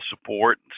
support